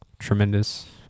tremendous